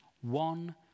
one